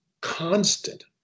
constant